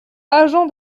agen